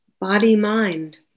body-mind